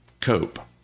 cope